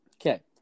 Okay